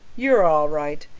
you're all right.